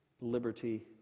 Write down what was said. liberty